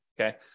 okay